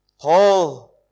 Paul